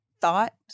thought